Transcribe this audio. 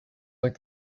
like